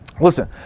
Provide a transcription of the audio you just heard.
Listen